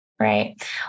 Right